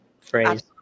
phrase